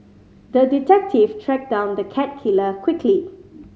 the detective tracked down the cat killer quickly